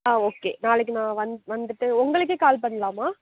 ஆ okay நாளைக்கு நான் வந் வந்துட்டு உங்களுக்கே கால் பண்ணலாமா